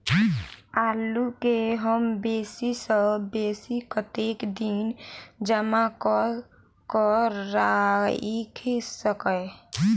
आलु केँ हम बेसी सऽ बेसी कतेक दिन जमा कऽ क राइख सकय